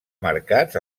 marcats